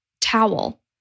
towel